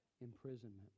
imprisonment